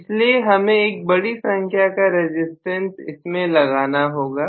इसलिए हमें एक बड़ी संख्या का रजिस्टेंस इसमें लगाना होगा